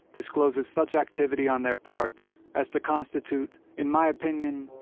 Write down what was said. discloses such activity on their part as to constitute, in my opinion,